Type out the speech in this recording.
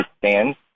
stands